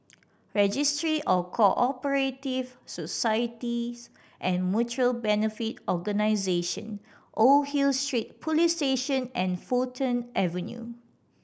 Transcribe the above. Registry of Co Operative Societies and Mutual Benefit Organisation Old Hill Street Police Station and Fulton Avenue